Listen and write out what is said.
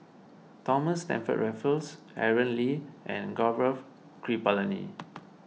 Thomas Stamford Raffles Aaron Lee and Gaurav Kripalani